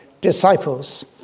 disciples